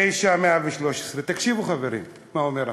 תקשיבו, חברים, מה אומר החוק,